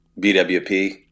BWP